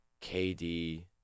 KD